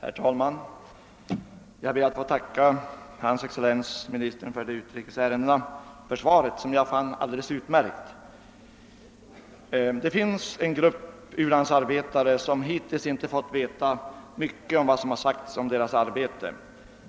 Herr talman! Jag ber att få tacka hans excellens herr ministern för utrikes ärendena för svaret, som jag fann alldeles utmärkt. Det finns en grupp u-landsarbetare som hittills inte har fått veta mycket om vad som säges om deras arbete.